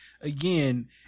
again